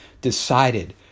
decided